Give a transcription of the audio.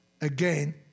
again